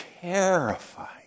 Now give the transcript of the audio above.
terrified